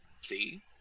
See